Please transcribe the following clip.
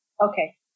okay